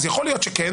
יכול להיות שכן,